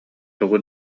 тугу